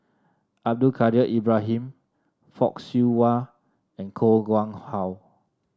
Abdul Kadir Ibrahim Fock Siew Wah and Koh Nguang How